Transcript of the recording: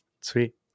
Sweet